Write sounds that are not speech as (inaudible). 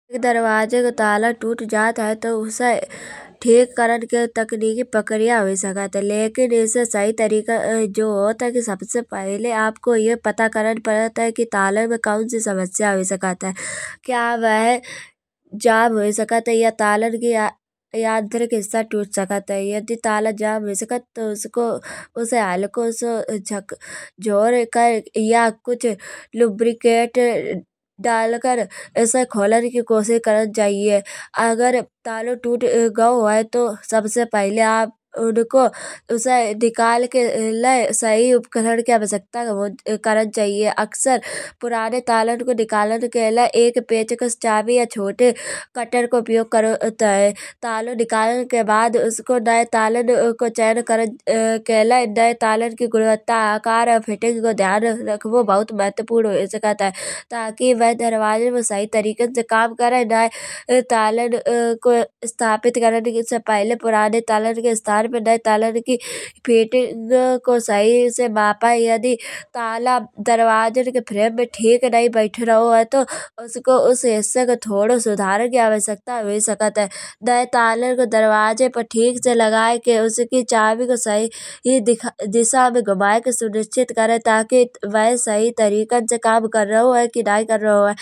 दरवाजन को ताला टूट जात है। तो उसे ठीक करन की तकनीकी प्रक्रिया होई सकत है। लेकिन इसे सही तरीका जो होत है। कि सबसे पहले आप को यह पता करन पडत है। कि ताले में कौनसी समस्या होई सकत है। क्या वह जम होई सकत है या तालन की (unintelligible) हिस्सा टूट सकत है। यदि ताला जम होई सकत तो उसे हलको सो (unintelligible) या कुछ ल्युब्रिकेट डालकर खोलन की कोशिश करन चाहिए। अगर ताला टूट गाओ है तो सबसे पहले आप उसे निकाल ले सही उपकरण की आवश्यकता करन चाहिए। अक्सर पुराने तालन को निकालन के लाने एक पेचकस या चाबी या छोटे कातर को उपयोग करो जात है। ताला निकालन के बाद उसके नये तालन को (unintelligible) ध्यान रखवो बहुत महत्वपूर्ण होई सकत है। तबि वो दरवाजन में सही तरीके से काम करे (unintelligible) पुराने तालन के स्थान पे नये तालन की फिटिंग को सही से नापन की यदि ताला दरवाजन के फ्रेम में ठीक नही बैठ रहो है तो उस हिस्से को थोदो सुधारें की आवश्यकता होई सकत है। नय ताले को दरवाजे पे ठीक से लगाये के उसकी चाबी को सही दिशा में घुमाये के सुनिश्चित करे। ता कि वो सही तरीके से काम कर रहो है कि नई कर रहो है।